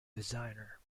designer